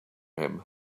him